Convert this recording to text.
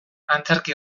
antzerki